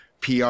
PR